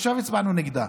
עכשיו הצבענו נגדה.